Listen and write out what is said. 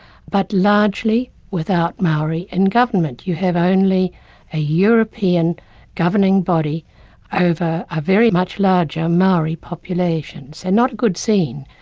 but largely without maori in government. you have only a european governing body over a very much larger maori population. so not a good scene,